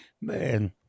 man